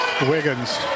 Wiggins